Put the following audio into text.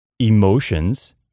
Emotions